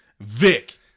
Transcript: Vic